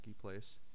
place